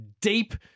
deep